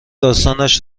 داستانش